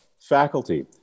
faculty